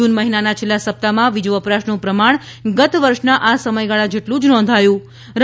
જૂન મહિનાના છેલ્લા સપ્તાહમાં વીજવપરાશનું પ્રમાણ ગત વર્ષના આ સમયગાળા જેટલું જ નોંધાયું હતું